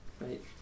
right